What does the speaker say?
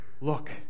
Look